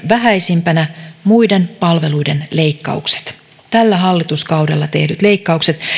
vähäisimpinä muiden palvelujen leikkaukset tällä hallituskaudella tehdyt leikkaukset